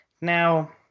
Now